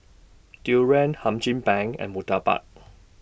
Durian Hum Chim Peng and Murtabak